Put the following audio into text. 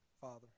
Father